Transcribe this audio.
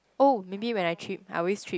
oh maybe when I trip I always trip